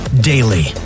daily